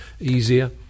easier